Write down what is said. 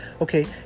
Okay